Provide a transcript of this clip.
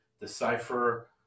decipher